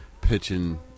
pitching